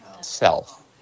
self